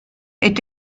est